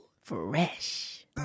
Fresh